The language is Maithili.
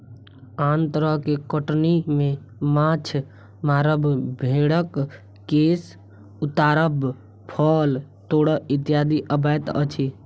आन तरह के कटनी मे माछ मारब, भेंड़क केश उतारब, फल तोड़ब इत्यादि अबैत अछि